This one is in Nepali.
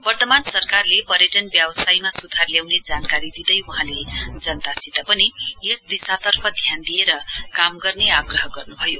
वर्तमान सरकारले पर्यटन व्यावसायमा सुधार ल्याउने जानकारी दिँदै वहाँले जनतासित पनि यस दिशातर्फ ध्यान दिएर काम गर्ने आग्रह गर्नुभयो